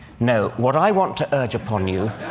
no, what i want to urge upon you